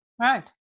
right